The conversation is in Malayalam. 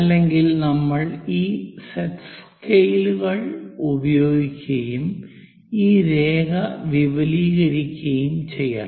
അല്ലെങ്കിൽ നമ്മൾ ഈ സെറ്റ് സ്കെയിലുകൾ ഉപയോഗിക്കുകയും ഈ രേഖ വിപുലീകരിക്കുകയും ചെയ്യണം